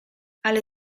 ale